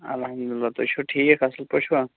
الحدللہ تُہۍ چھِو ٹھیٖک اَصل پٲٹھۍ چھُوا